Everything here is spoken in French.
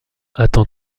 attend